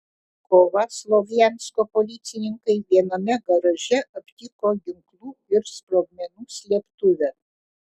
kovą slovjansko policininkai viename garaže aptiko ginklų ir sprogmenų slėptuvę